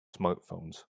smartphones